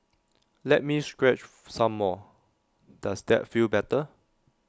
let me scratch some more does that feel better